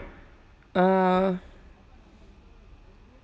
uh